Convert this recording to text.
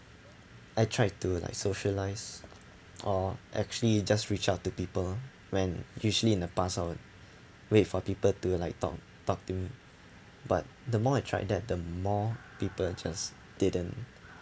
I tried to like socialise or actually just reach out to people when usually in the past I would wait for people to the like talk talk to me but the more I tried that the more people just didn't